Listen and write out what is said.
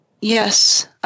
Yes